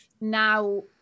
Now